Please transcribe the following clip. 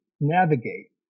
navigate